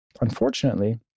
unfortunately